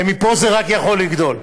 ומפה זה רק יכול לגדול.